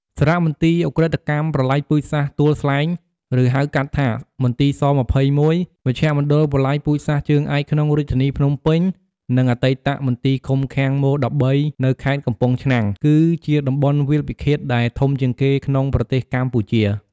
សារមន្ទីរឧក្រិដ្ឋកម្មប្រល័យពូជសាសន៍ទួលស្លែង ឬហៅកាត់ថា មន្ទីរស២១ មជ្ឈមណ្ឌលប្រល័យពូជសាសន៍ជើងឯកក្នុងរាជធានីភ្នំពេញ និងអតីតមន្ទីរឃុំឃាំង ម១៣ នៅខេត្តកំពង់ឆ្នាំង គឺជាតំបន់វាលពិឃាតដែលធំជាងគេ ក្នុងប្រទេសកម្ពុជា។